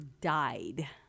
died